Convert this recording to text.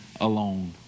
alone